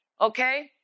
Okay